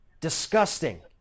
disgusting